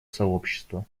сообщества